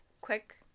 quick